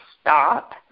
stop